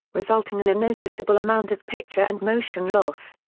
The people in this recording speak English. resulting in a noticeable amount of picture and motion loss.